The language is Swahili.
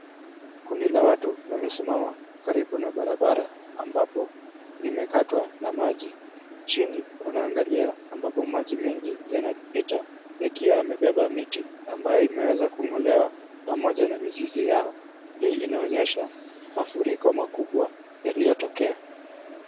Kundi la watu wamesimama karibu na barabara ambapo imekatwa na maji. Chini wanaangalia ambapo maji mengi yanapita yakiwa yamebeba miti ambayo imewezakung'olewa pamoja na mizizi yao. Hii inaonyesha mafuriko makubwa yaliyotokea.